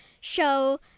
show